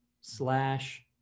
slash